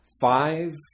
five